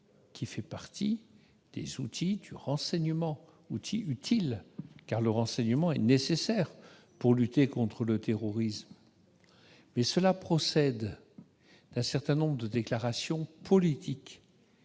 qui fait partie des outils du renseignement, outils utiles, car le renseignement est nécessaire dans la lutte contre le terrorisme. Cela procède d'un certain nombre de déclarations politiques